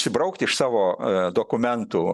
išsibraukti iš savo dokumentų